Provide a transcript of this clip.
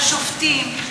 על שופטים,